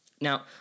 Now